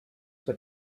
were